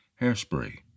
Hairspray